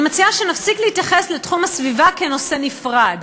אני מציעה שנפסיק להתייחס לתחום הסביבה כנושא נפרד,